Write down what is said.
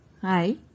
Hi